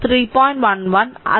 11